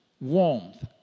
Warmth